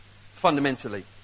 Fundamentally